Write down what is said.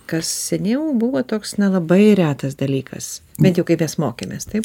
kas seniau buvo toks na labai retas dalykas bent jau kai mes mokėmės taip